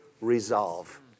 resolve